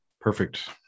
Perfect